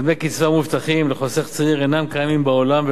מקדמי קצבה מובטחים לחוסך צעיר אינם קיימים בעולם,